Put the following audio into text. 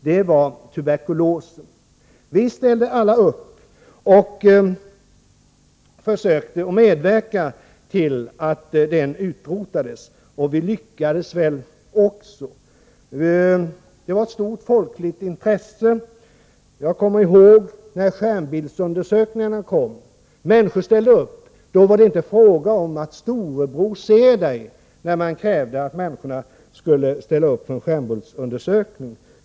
Det var tuberkulosen. Vi ställde alla upp och försökte medverka till att den skulle utrotas, och vi lyckades väl också. Det var ett stort folkligt intresse. Jag minns när skärmbildsundersökningarna kom. Människor ställde upp. Då var det inte fråga om att ”Storebror ser dig” när man krävde att människor skulle låta sig skärmbildsundersökas.